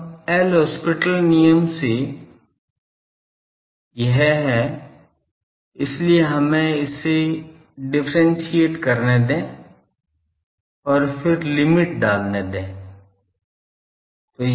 अब L hospital नियम है इसलिए हमें इन्हें डिफ्रेंसिअट करने दें और फिर लिमिट डालने दें